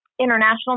international